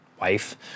wife